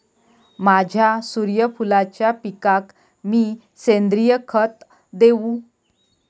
माझ्या सूर्यफुलाच्या पिकाक मी सेंद्रिय खत देवू?